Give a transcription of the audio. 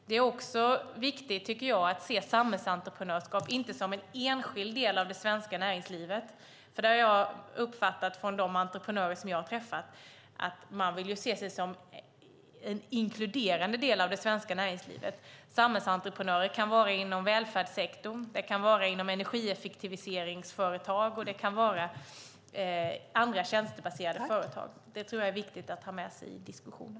Det är också viktigt, tycker jag, att inte se samhällsentreprenörskap som en enskild del av det svenska näringslivet, för jag har uppfattat av de entreprenörer som jag har träffat att man vill se sig som en inkluderande del av det svenska näringslivet. Samhällsentreprenörer kan verka inom välfärdssektorn, inom energieffektiviseringsbranschen och det kan också vara andra tjänstebaserade företag. Det tror jag är viktigt att ha med sig i diskussionen.